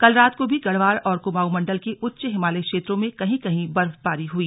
कल रात को भी गढ़वाल और क्माऊं मंडल के उच्च हिमालयी क्षेत्रों में कहीं कहीं बर्फबारी हुई